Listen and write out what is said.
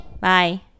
Bye